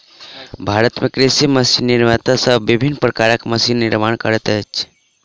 भारत मे कृषि मशीन निर्माता सब विभिन्न प्रकारक मशीनक निर्माण करैत छथि